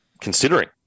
considering